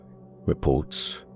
reports